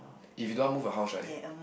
if you don't want move a house right